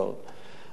אני אומר לכם,